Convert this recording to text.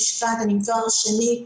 אני עם תואר שני.